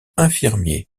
infirmier